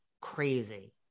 crazy